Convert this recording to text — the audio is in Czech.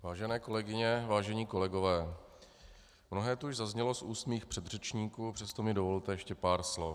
Vážené kolegyně, vážení kolegové, mnohé tu už zaznělo z úst mých předřečníků, přesto mi dovolte ještě pár slov.